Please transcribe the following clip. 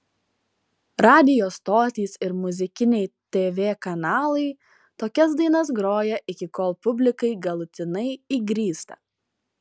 radijo stotys ir muzikiniai tv kanalai tokias dainas groja iki kol publikai galutinai įgrysta